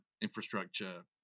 infrastructure